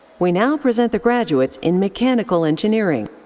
we now present the graduates in mechanical engineering.